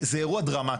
זה אירוע דרמטי.